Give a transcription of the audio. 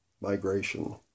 migration